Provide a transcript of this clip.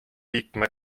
liikme